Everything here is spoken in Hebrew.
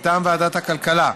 מטעם ועדת הכלכלה,